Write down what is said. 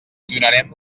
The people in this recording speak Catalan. donarem